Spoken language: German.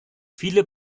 viele